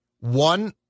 one